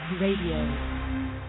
Radio